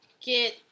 get